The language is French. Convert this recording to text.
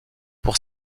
pour